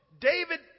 David